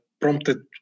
prompted